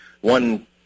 one